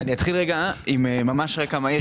אני אתחיל עם רקע מהיר,